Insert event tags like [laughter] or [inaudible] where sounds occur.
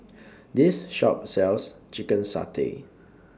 [noise] This Shop sells Chicken Satay